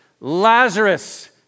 Lazarus